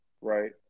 right